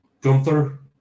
gunther